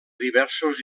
diversos